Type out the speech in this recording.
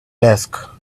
desk